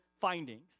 findings